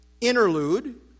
interlude